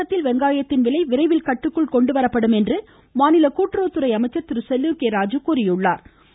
தமிழகத்தில் வெங்காயத்தின் விலை விரைவில் கட்டுக்குள் கொண்டுவரப்படும் என மாநில கூட்டுறவுத்துறை அமைச்சர் திரு செல்லூர் கே ராஜு தெரிவித்துள்ளா்